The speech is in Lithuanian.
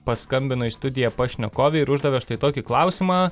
paskambino į studiją pašnekovė ir uždavė štai tokį klausimą